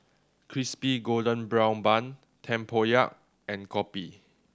Crispy Golden Brown Bun tempoyak and kopi